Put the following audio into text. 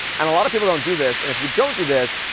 and a lot of people don't do this, and if you don't do this,